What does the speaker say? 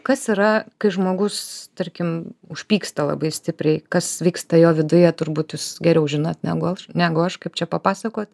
kas yra kai žmogus tarkim užpyksta labai stipriai kas vyksta jo viduje turbūt jūs geriau žinot negu aš negu aš kaip čia papasakot